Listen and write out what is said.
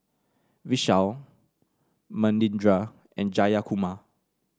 Vishal Manindra and Jayakumar